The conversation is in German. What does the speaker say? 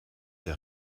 der